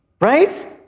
right